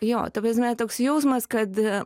jo ta prasme toks jausmas kad